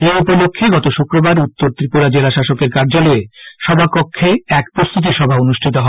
এই উপলক্ষে গত শুক্রবার উত্তর ত্রিপুরা জেলা শাসকের কার্যালয়ের সভাকক্ষে এক প্রস্তুতি সভা অনুষ্ঠিত হয়